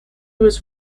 was